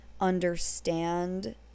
understand